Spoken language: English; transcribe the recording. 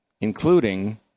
including